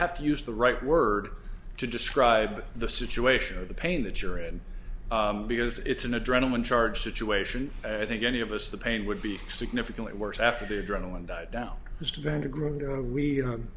have to use the right word to describe the situation of the pain that you're in because it's an adrenaline charge situation i think any of us the pain would be significantly worse after the adrenaline died down